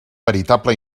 veritable